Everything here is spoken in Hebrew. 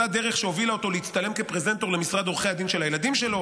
אותה דרך שהובילה אותו להצטלם כפרזנטור למשרד עורכי הדין של הילדים שלו,